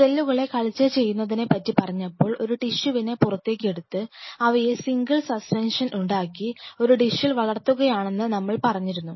സെല്ലുകളെ കൾച്ചർ ചെയ്യുന്നതിനെപ്പറ്റി പറഞ്ഞപ്പോൾ ഒരു ടിഷ്യുവിനെ പുറത്തേക്കെടുത്തു അവയെ സിംഗിൾ സസ്പെൻഷൻ ഉണ്ടാക്കി ഒരു ഡിഷിൽ വളർത്തുകയാണെന്ന് നമ്മൾ പറഞ്ഞിരുന്നു